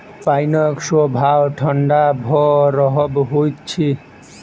पाइनक स्वभाव ठंढा भ क रहब होइत अछि